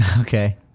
Okay